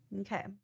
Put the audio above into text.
Okay